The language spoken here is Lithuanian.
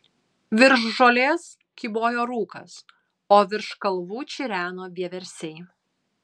virš žolės kybojo rūkas o virš kalvų čireno vieversiai